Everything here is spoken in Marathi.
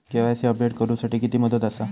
के.वाय.सी अपडेट करू साठी किती मुदत आसा?